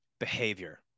behavior